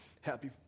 Happy